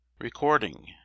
Recording